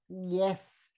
Yes